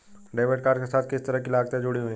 Debit card के साथ किस तरह की लागतें जुड़ी हुई हैं?